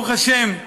ברוך השם,